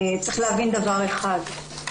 צריך להבין דבר אחד,